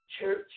church